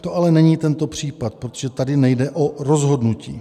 To ale není tento případ, protože tady nejde o rozhodnutí.